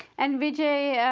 and vijay, yeah